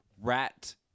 Rat